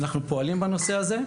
ואנחנו פועלים בנושא הזה,